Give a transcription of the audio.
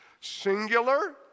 singular